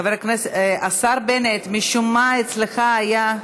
בעד, 57 חברי כנסת, 48 מתנגדים, אין נמנעים.